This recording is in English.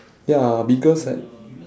ya biggest at